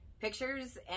pictures